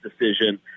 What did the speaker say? decision